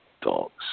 Dogs